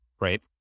right